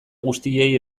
guztiei